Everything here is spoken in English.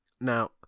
Now